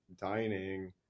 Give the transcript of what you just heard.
dining